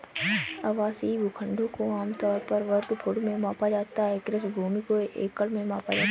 आवासीय भूखंडों को आम तौर पर वर्ग फुट में मापा जाता है, कृषि भूमि को एकड़ में मापा जाता है